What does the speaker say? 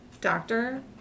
doctor